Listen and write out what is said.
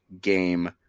game